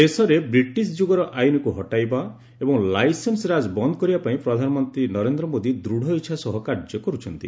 ଦେଶରେ ବ୍ରିଟିଶ ଯୁଗର ଆଇନ୍କୁ ହଟାଇବା ଏବଂ ଲାଇସେନ୍ସ ରାଜ୍ ବନ୍ଦ କରିବା ପାଇଁ ପ୍ରଧାନମନ୍ତୀ ନରେନ୍ଦ୍ର ମୋଦି ଦୃଢ଼ ଇଛା ସହ କାର୍ଯ୍ୟ କରୁଛନ୍ତି